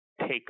take